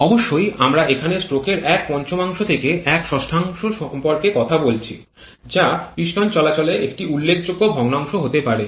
অবশ্যই আমরা এখানে স্ট্রোকের এক পঞ্চমাংশ থেকে এক ষষ্ঠাংশ সম্পর্কে কথা বলছি যা পিস্টন চলাচলে একটি উল্লেখযোগ্য ভগ্নাংশ হতে পারে